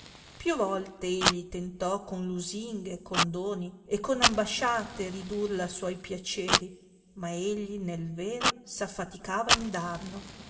più volte egli tentò con lusinghe con doni e con ambasciate ridurla a suoi piaceri ma egli nel vero s affaticava indarno